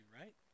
right